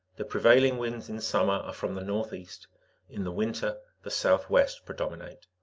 the prevailing winds in summer are from the northeast in the winter the southwest predominate.